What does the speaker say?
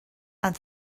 and